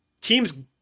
teams